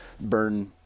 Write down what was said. burn